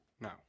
No